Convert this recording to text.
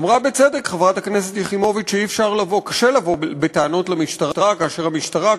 אמרה בצדק חברת הכנסת יחימוביץ שקשה לבוא בטענות למשטרה כאשר המשטרה,